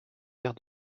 vers